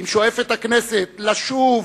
אם שואפת הכנסת לשוב